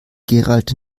gerald